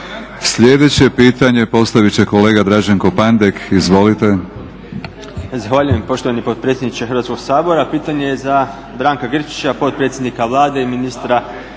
Sljedeće pitanje postavit će kolega Draženko Pandek. Izvolite.